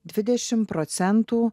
dvidešim procentų